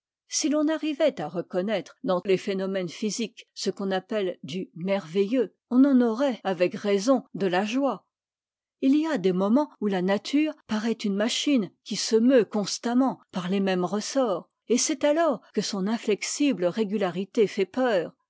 si l'on arrivait à reconnaître dans les phénomènes physiques ce qu'on appelle du mervei eux on en aurait avec raison de la joie il y a des moments où la nature paraît une machine qui se meut constamment par les mêmès ressorts et c'est alors que son inflexible régu arité fait peur